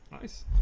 Nice